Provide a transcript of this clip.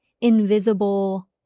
invisible